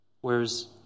Whereas